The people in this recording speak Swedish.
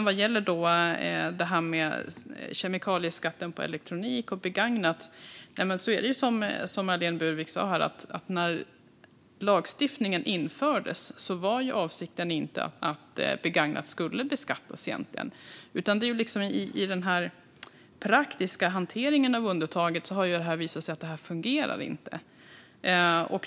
Vad gäller kemikalieskatten på elektronik och begagnat är det som Marlene Burwick sa: När lagstiftningen infördes var avsikten egentligen inte att begagnat skulle beskattas. I den praktiska hanteringen av undantaget har det visat sig att detta inte fungerar.